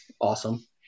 awesome